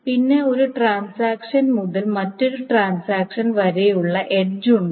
പിന്നെ ഒരു ട്രാൻസാക്ഷൻ മുതൽ മറ്റൊരു ട്രാൻസാക്ഷൻ വരെയുള്ള ഒരു എഡ്ജ് ഉണ്ട്